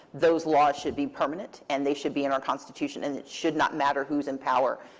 those laws should be permanent. and they should be in our constitution. and it should not matter who is in power.